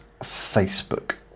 Facebook